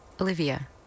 Olivia